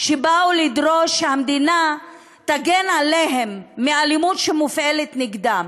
שבאו לדרוש שהמדינה תגן עליהם מאלימות שמופעלת נגדם.